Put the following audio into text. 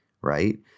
Right